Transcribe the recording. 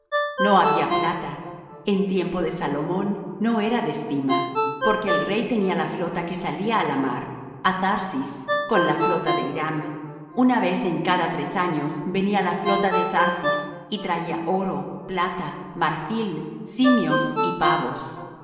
no había plata en tiempo de salomón no era de estima porque el rey tenía la flota que salía á la mar á tharsis con la flota de hiram una vez en cada tres años venía la flota de tharsis y traía oro plata marfil simios y pavos